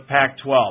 Pac-12